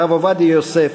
הרב עובדיה יוסף,